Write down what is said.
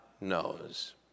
knows